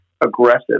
aggressive